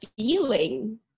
feeling